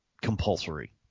compulsory